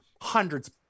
hundreds